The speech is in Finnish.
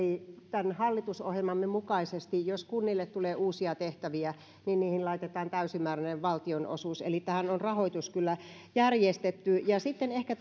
tämän hallitusohjelmamme mukaisesti jos kunnille tulee uusia tehtäviä niihin laitetaan täysimääräinen valtionosuus eli tähän on rahoitus kyllä järjestetty sitten ehkä